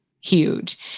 huge